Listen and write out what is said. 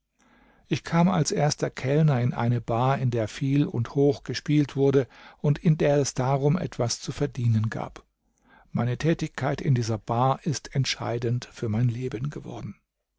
ich kam als erster kellner in eine bar in der viel und hoch gespielt wurde und in der es darum etwas zu verdienen gab meine tätigkeit in dieser bar ist entscheidend für mein leben geworden